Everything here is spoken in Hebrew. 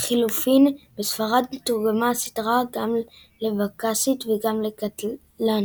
לחלופין, בספרד תורגמה הסדרה גם לבסקית ולקטלאנית.